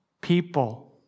People